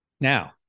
Now